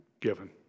given